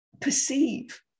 perceive